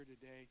today